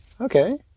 Okay